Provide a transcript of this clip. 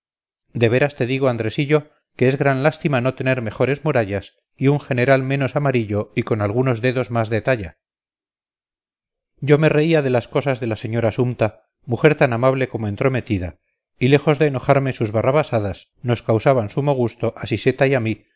de veras te digo andresillo que es gran lástima no tener mejores murallas y un general menos amarillo y con algunos dedos más de talla yo me reía de las cosas de la señora sumta mujer tan amable como entrometida y lejos de enojarme sus barrabasadas nos causaban sumo gusto a siseta y a mí